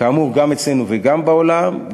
כאמור, גם אצלנו וגם בעולם.